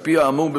על-פי האמור,